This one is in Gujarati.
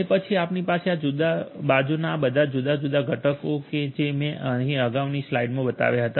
અને પછી આપણી પાસે આ બાજુના આ બધા જુદા જુદા ઘટકો છે જે મેં તમને અગાઉની સ્લાઇડમાં બતાવ્યા હતા